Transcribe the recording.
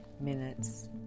minutes